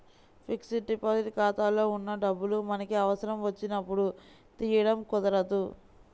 fixed deposit ఖాతాలో ఉన్న డబ్బులు మనకి అవసరం వచ్చినప్పుడు తీయడం కుదరదు